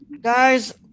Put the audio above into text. guys